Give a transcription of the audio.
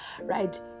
right